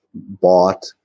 bought